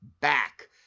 back